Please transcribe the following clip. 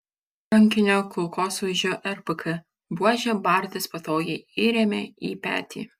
rankinio kulkosvaidžio rpk buožę bartas patogiai įrėmė į petį